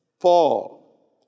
fall